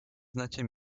znacie